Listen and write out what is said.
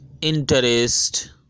interest